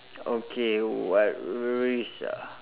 okay what risk ah